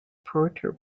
puerto